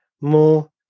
more